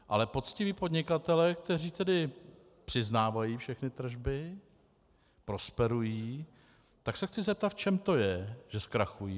Ale poctiví podnikatelé, kteří tedy přiznávají všechny tržby, prosperují, tak se chci zeptat, v čem to je, že zkrachují.